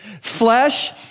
Flesh